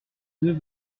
deux